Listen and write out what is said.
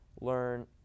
learn